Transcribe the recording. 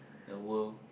the world